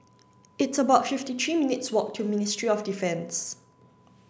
it's about fifty three minutes' walk to Ministry of Defence